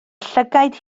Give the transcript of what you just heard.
llygaid